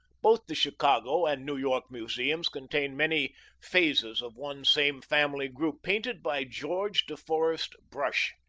both the chicago and new york museums contain many phases of one same family group, painted by george de forest brush.